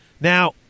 now